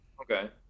Okay